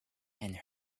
and